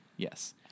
Yes